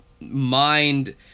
mind